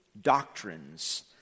doctrines